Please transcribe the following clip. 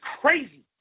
crazy